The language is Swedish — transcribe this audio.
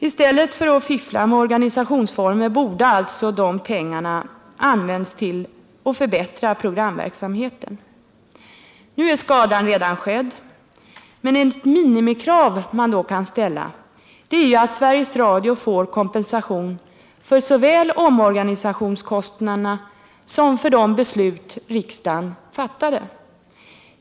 I stället för att fiffla med organisationsformer borde alltså pengarna ha använts till att förbättra programverksamheten. Nu är skadan redan skedd, men ett minimikrav som man då kan ställa är att Sveriges Radio får kompensation såväl för omorganisationskostnaderna som för de beslut riksdagen fattade.